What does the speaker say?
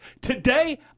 Today